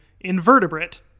invertebrate